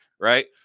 right